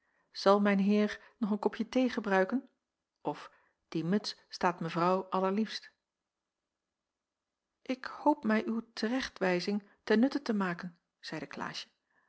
zal mijn heer nog een kopje thee gebruiken of die muts staat mevrouw allerliefst ik hoop mij uw te recht wijzing ten nutte te maken zeide klaasje